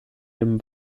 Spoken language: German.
den